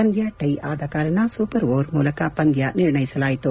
ಪಂದ್ಯ ಟೈ ಆದ ಕಾರಣ ಸೂಪರ್ ಓವರ್ ಮೂಲಕ ಪಂದ್ಯ ನಿರ್ಣಯಿಸಲಾಯಿತು